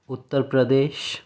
Uttar Pradesh